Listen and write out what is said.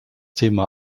thema